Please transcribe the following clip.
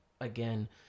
again